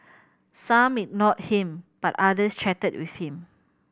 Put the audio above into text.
some ignored him but others chatted with him